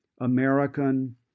American